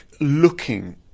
looking